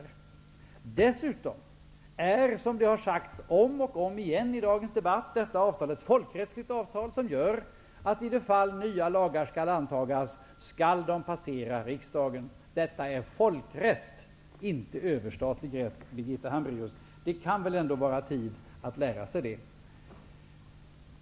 För det andra är detta -- som det har sagts om och om igen i dagens debatt -- ett folksrättsligt avtal, vilket gör att för det fall nya lagar skall antagas, så skall de passera riksdagen. Detta är folkrätt -- inte överstatlig rätt, Birgitta Hambraeus. Det kan väl ändå vara på tiden att lära sig det!